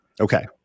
Okay